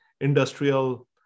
industrial